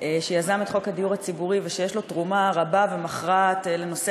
שיזם את חוק הדיור הציבורי ויש לו תרומה רבה ומכרעת לנושא